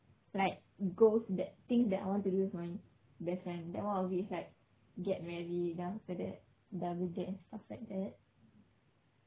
like goals that things I want to do with my best friend and one of it was like get married then after that double stuff like that